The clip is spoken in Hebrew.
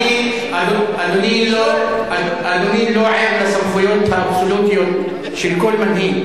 אדוני לא ער לסמכויות האבסולוטיות של כל מנהיג.